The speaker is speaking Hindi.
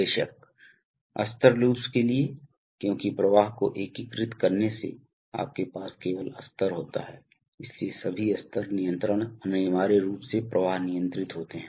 बेशक स्तर लूप्स के लिए क्योंकि प्रवाह को एकीकृत करने से आपके पास केवल स्तर होता है इसलिए सभी स्तर नियंत्रण अनिवार्य रूप से प्रवाह नियंत्रित होते है